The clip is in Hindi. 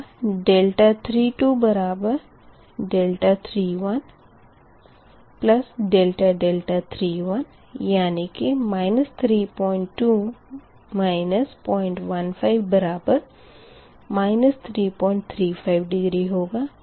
तथा 3 3 ∆3 यानी कि 32 015 बराबर 335 डिग्री होगा